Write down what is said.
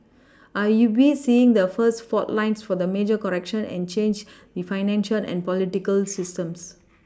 are you we seeing the first fault lines of the major correction and change I financial and political systems